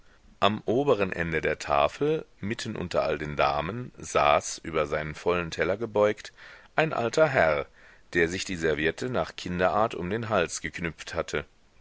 am oberen ende der tafel mitten unter all den damen saß über seinen vollen teller gebeugt ein alter herr der sich die serviette nach kinderart um den hals geknüpft hatte